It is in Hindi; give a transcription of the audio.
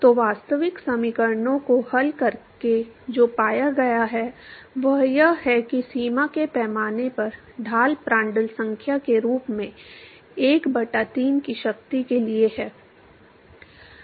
तो वास्तविक समीकरणों को हल करके जो पाया गया है वह यह है कि सीमा के पैमाने पर ढाल प्रांटल संख्या के रूप में 1 बटा 3 की शक्ति के लिए है